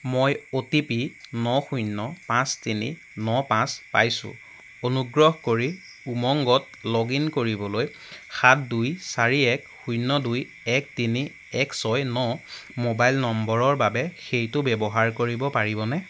মই O T P ন শূন্য পাঁচ তিনি ন পাঁচ পাইছোঁ অনুগ্ৰহ কৰি উমংগত লগ ইন কৰিবলৈ সাত দুই চাৰি এক শূন্য দুই এক তিনি এক ছয় ন মোবাইল নম্বৰৰ বাবে সেইটো ব্যৱহাৰ কৰিব পাৰিবনে